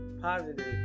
positive